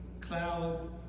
cloud